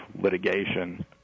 litigation